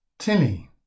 Tilly